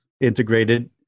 integrated